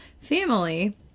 family